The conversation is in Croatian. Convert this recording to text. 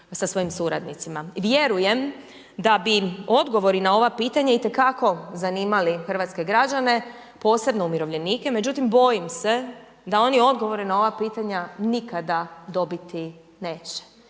sa svojim suradnicima. Vjerujem da bi odgovori na ova pitanja itekako zanimali hrvatske građane posebno umirovljenike međutim bojim se da oni odgovore na ova pitanja nikada dobiti neće